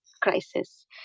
crisis